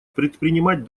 предпринимать